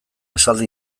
esaldi